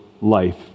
life